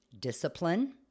discipline